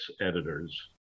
editors